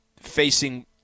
facing